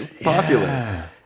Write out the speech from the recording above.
popular